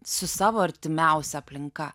su savo artimiausia aplinka